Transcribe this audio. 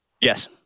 Yes